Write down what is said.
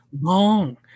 long